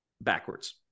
backwards